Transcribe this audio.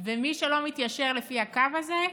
מי שלא מתיישר לפי הקו הזה,